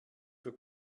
für